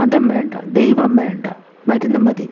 മതം വേണ്ട ദൈവം വേണ്ട മരുന്ന് മതി